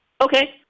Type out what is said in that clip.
okay